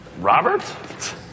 Robert